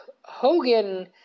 Hogan